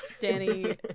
danny